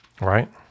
right